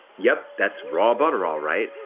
yup, that's raw butter all right.